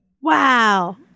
Wow